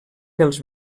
pels